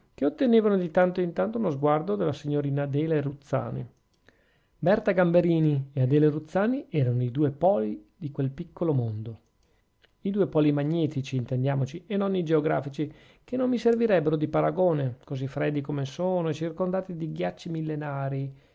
che ottenevano di tanto in tanto uno sguardo della signorina adele ruzzani berta gamberini e adele ruzzani erano i due poli di quel piccolo mondo i due poli magnetici intendiamoci e non i geografici che non mi servirebbero di paragone così freddi come sono e circondati di ghiacci millenarii